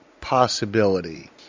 possibility